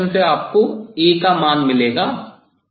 प्रतिच्छेदन से आपको 'A' का मान मिलेगा